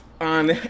On